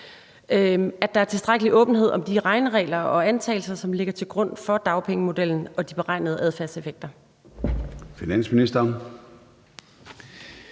at der er tilstrækkelig åbenhed om de regneregler og antagelser, som ligger til grund for dagpengemodellen og de beregnede adfærdseffekter?